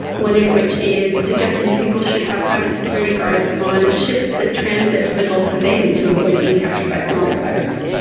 one of which is suggesting that people should have private security guards on ships that transit to the gulf of aden to avoid being captured by somali pirates.